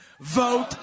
vote